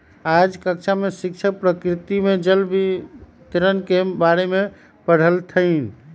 आज कक्षा में शिक्षक प्रकृति में जल वितरण के बारे में पढ़ईथीन